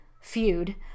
Feud